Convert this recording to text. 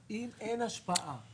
--- אם אין השפעה.